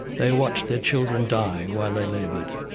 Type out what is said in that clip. they watched their children die while they laboured.